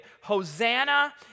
Hosanna